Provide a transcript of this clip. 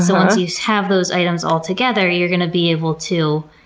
so once you have those items all together, you're going to be able to